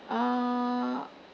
uh